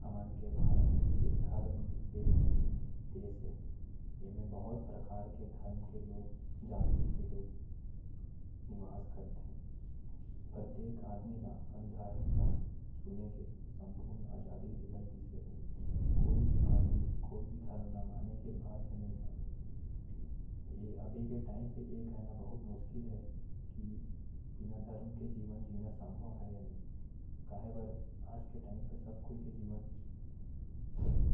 हमर के भारत देश धर्म निरपेक्ष देश है। यहां बहुत सारा जाती धर्म के लोग रह थे। प्रत्येक आदमी ल अपन धर्म के माने के आजादी देहल गए है। ये बहुत मुश्किल है कि बिना धर्म के जीवन जीना मुश्किल है। सब झन